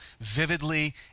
vividly